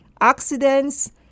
accidents